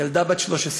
ילדה בת 13,